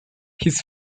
his